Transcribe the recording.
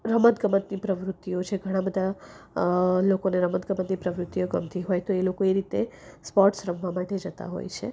રમત ગમતની પ્રવૃત્તિઓ છે ઘણા બધા લોકોને રમત ગમતની પ્રવૃત્તિઓ ગમતી હોય તો એ લોકો એ રીતે સ્પોર્ટ્સ રમવા માટે જતા હોય છે